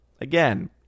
again